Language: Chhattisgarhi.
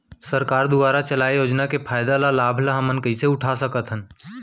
सरकार दुवारा चलाये योजना के फायदा ल लाभ ल हमन कइसे उठा सकथन?